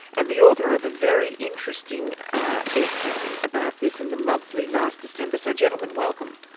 and the author of a very interesting essay about this in the monthly last december. so gentlemen, welcome.